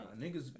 Niggas